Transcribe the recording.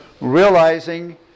realizing